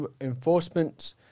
enforcement